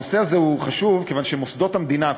הנושא הזה חשוב כיוון שמוסדות המדינה,